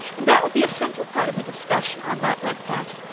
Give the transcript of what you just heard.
and that will be a central part of the discussion on that webcast.